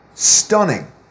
Stunning